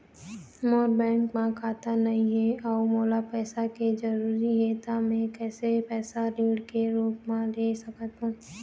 मोर bank म खाता नई हे अउ मोला पैसा के जरूरी हे त मे कैसे पैसा ऋण के रूप म ले सकत हो?